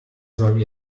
soll